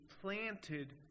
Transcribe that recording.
planted